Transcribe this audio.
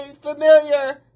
familiar